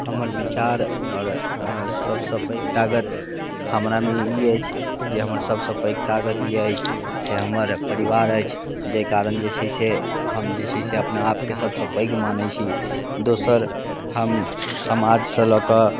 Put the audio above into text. हमर विचार आओर सभसँ पैघ ताकत हमरामे ई अछि जे हमर सभसँ पैघ ताकत जे अछि से हमर परिवार अछि जाहि कारण जे छै हम जे छै से अपना आपके सभसँ पैघ मानैत छी दोसर हम समाजसँ लऽ कऽ